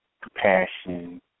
compassion